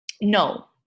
No